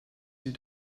sie